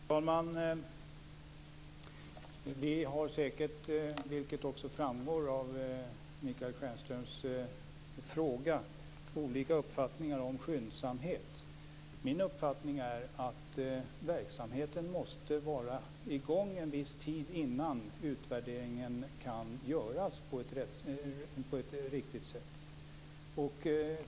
Fru talman! Vi har, vilket framgår av Michael Stjernströms fråga, olika uppfattningar om skyndsamhet. Min uppfattning är att verksamheten måste vara i gång en viss tid innan utvärderingen kan göras på ett riktigt sätt.